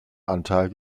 anteil